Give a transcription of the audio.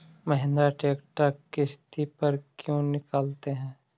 Mahindra tractor किसति पर क्यों निकालते हैं?